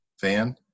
fan